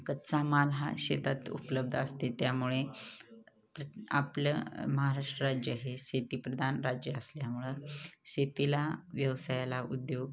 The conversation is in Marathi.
कच्चा माल हा शेतात उपलब्ध असते त्यामुळे प्र आपलं महाराष्ट्र राज्य हे शेतीप्रधान राज्य असल्यामुळे शेतीला व्यवसायाला उद्योग